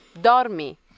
Dormi